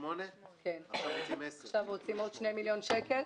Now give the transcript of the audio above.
עכשיו רוצים עוד 2 מיליון שקל.